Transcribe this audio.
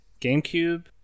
gamecube